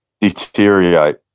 deteriorate